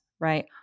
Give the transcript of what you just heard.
right